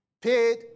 paid